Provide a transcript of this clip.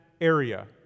area